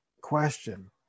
question